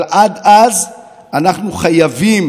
אבל עד אז אנחנו חייבים